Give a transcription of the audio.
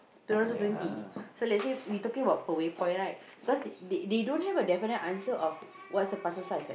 two hundred twenty so let's say we talking about per waypoint right because they don't have a definite answer what's the parcel size what